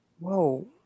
whoa